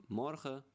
morgen